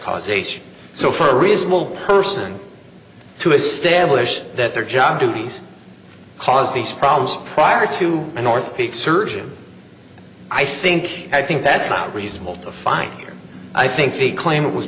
causation so for a reasonable person to establish that their job duties cause these problems prior to an orthopedic surgeon i think i think that's not reasonable to find here i think the claim